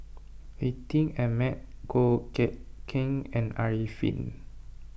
Atin Amat Goh Eck Kheng and Arifin